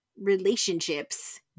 relationships